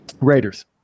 Raiders